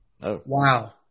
Wow